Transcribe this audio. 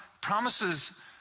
promises